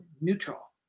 neutral